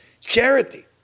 charity